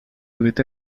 devait